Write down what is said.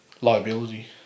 Liability